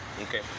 okay